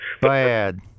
Bad